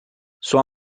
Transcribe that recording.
sua